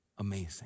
amazing